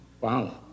Wow